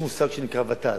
יש מושג שנקרא ות"ל.